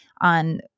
on